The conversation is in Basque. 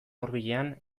hurbilean